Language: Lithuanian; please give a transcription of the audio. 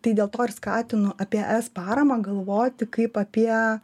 tai dėl to ir skatinu apie es paramą galvoti kaip apie